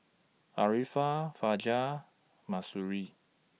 Arifa Fajar Mahsuri